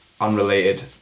unrelated